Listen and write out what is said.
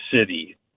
city